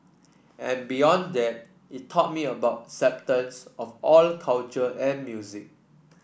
and beyond that it taught me about acceptance of all cultures and music